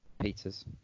Peters